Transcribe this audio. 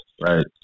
right